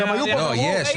יש,